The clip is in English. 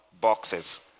boxes